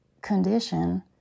condition